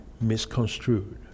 misconstrued